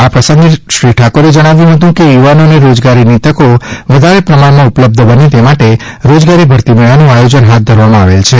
આ પ્રસંગે શ્રી ઠાકોરે જણાવ્યુ હતુ કે યુવાનોને રોજગારીની તકો વધારે પ્રમાણમાં ઉપલબ્ધ બને તે માટે રોજગારી ભરતી મેળાનું આયોજન હાથ ધરવામાં આવેલ છે